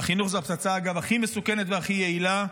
והחינוך זו הפצצה, אגב, הכי מסוכנת והכי יעילה.